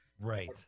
right